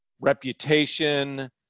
reputation